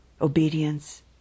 obedience